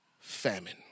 famine